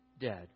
dead